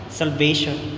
salvation